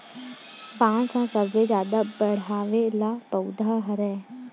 बांस ह सबले जादा बाड़हे वाला पउधा हरय